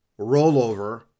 rollover